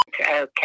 Okay